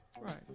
Right